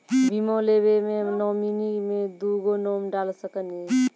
बीमा लेवे मे नॉमिनी मे दुगो नाम डाल सकनी?